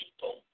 people